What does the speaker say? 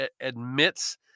admits